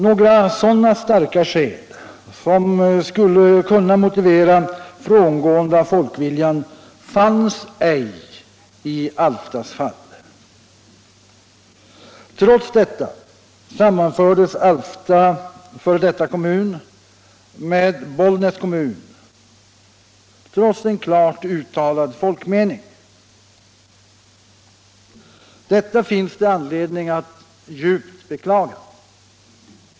Några sådana starka skäl som skulle motivera frångående av folkviljan fanns ej i Alftas fall. Trots detta sammanfördes Alftas f.d. kommun med Bollnäs kommun, i strid mot en klart uttalad folkmening. Detta finns det anledning att djupt beklaga.